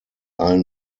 allen